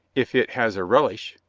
if it has a relish.